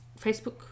Facebook